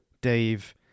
dave